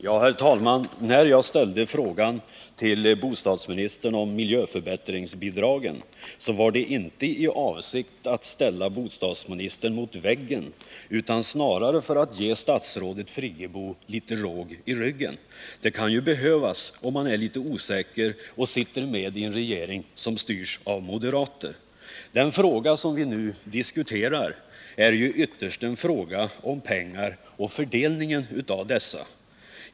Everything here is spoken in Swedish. Herr talman! När jag ställde frågan om miljöförbättringsbidragen, så var det inte i avsikt att ställa bostadsministern mot väggen utan snarare för att ge bostadsministern råg i ryggen. Det kan ju behövas, om man är litet osäker och sitter med i en regering som styrs av moderater. Den fråga som vi nu diskuterar är ju ytterst en fråga om pengar och fördelningen av dessa.